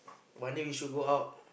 one day we should go out